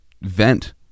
vent